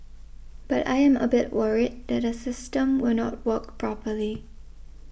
but I am a bit worried that the system will not work properly